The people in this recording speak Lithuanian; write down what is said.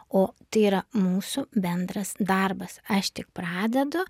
o tai yra mūsų bendras darbas aš tik pradedu